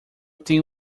tenho